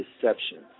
deception